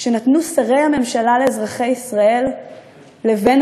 שנתנו שרי הממשלה לאזרחי ישראל לבין